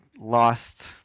Lost